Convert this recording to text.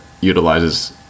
utilizes